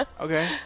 Okay